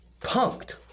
Punked